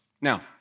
now